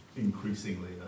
increasingly